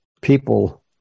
people